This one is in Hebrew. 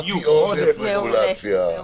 אמרתי "עודף רגולציה".